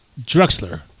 Drexler